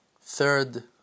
Third